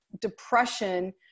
depression